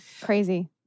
crazy